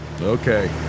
Okay